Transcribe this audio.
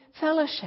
fellowship